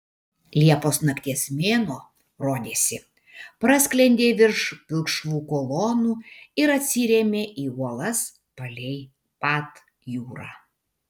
liepos nakties mėnuo rodėsi prasklendė virš pilkšvų kolonų ir atsirėmė į uolas palei pat jūrą